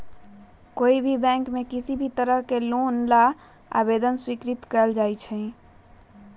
कोई भी बैंक में किसी भी तरह के लोन ला आवेदन स्वीकार्य कइल जाहई